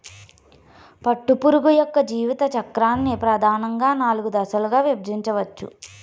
పట్టుపురుగు యొక్క జీవిత చక్రాన్ని ప్రధానంగా నాలుగు దశలుగా విభజించవచ్చు